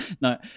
No